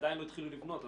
עדיין לא התחילו לבנות,